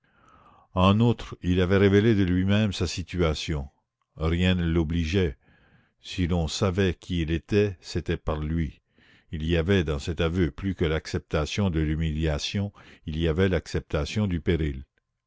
en outre il avait révélé de lui-même sa situation rien ne l'y obligeait si l'on savait qui il était c'était par lui il y avait dans cet aveu plus que l'acceptation de l'humiliation il y avait l'acceptation du péril